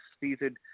seated